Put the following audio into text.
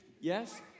yes